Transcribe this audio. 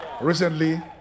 Recently